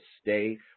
stay